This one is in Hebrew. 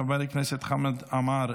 חבר הכנסת חמד עמאר,